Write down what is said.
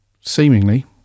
seemingly